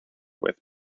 with